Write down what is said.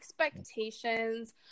expectations